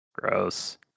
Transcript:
gross